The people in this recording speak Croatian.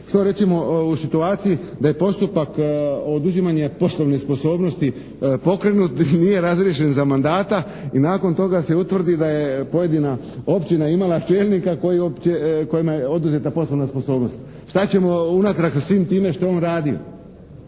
Što recimo u situaciji da je postupak oduzimanja poslovne sposobnosti pokrenut i nije razriješen za mandata? I nakon toga se utvrdi da je pojedina općina imala čelnika koji uopće, kojima je oduzeta poslovna sposobnost. Šta ćemo unatrag sa svim time što je on radio?